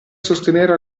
sostenere